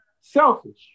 selfish